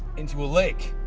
into a lake.